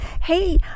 hey